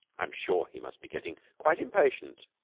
i am sure he must be getting quite impatient.